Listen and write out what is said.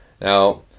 Now